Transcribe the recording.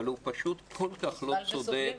אבל הוא פשוט כל כך לא צודק.